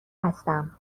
هستم